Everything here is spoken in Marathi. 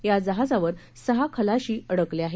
या जहाजावर सहा खलाशी अडकले आहेत